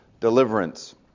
deliverance